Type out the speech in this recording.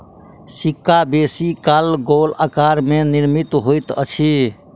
सिक्का बेसी काल गोल आकार में निर्मित होइत अछि